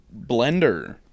Blender